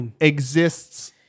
exists